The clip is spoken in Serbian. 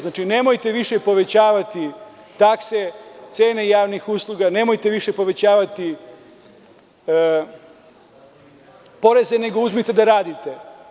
Znači, nemojte više povećavati takse, cene javnih usluga, nemojte više povećavati porez, nego uzmite da radite.